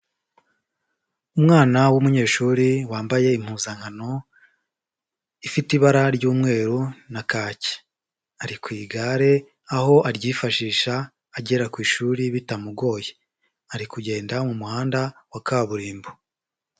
Umwana w'umunyeshuri wambaye impuzankano ifite ibara ry'umweru na kaki, ari ku igare aho aryifashisha agera ku ishuri bitamugoye, ari kugenda mu muhanda wa kaburimbo.